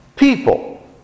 people